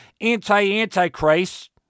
anti-Antichrist